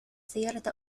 سيارة